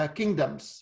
kingdoms